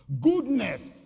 goodness